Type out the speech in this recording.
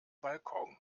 balkon